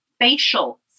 facial